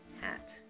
hat